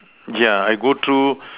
yeah I go through